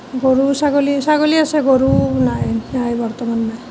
গৰু ছাগলী ছাগলী আছে গৰু নাই নাই বৰ্তমান নাই